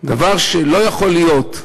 דבר שלא יכול להיות.